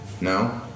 No